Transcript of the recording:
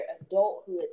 adulthood